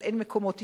אין מקומות אשפוז,